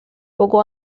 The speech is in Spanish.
poco